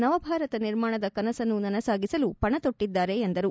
ನವಭಾರತ ನಿರ್ಮಾಣದ ಕನಸನ್ನು ನನಸಾಗಿಸಲು ಪಣತೊಟ್ಟಿದ್ದಾರೆ ಎಂದರು